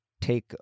take